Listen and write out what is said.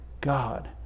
God